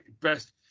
best